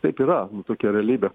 taip yra nu tokia realybė